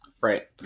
Right